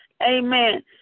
Amen